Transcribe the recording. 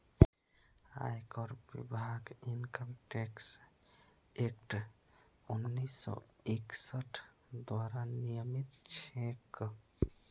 आयकर विभाग income tax act उन्नीस सौ इकसठ द्वारा नियमित छेक